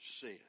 sin